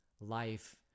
life